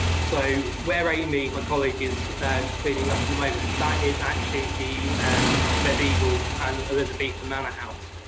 so where amy, my colleague, is cleaning up in the moment, that is actually the and medieval and elizabethan manor house.